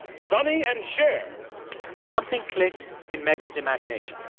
sonny and cher something clicked in megan's imagination